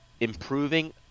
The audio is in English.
improving